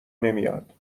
نمیاد